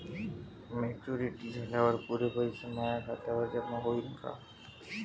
Maturity झाल्यावर पुरे पैसे माया खात्यावर जमा होईन का?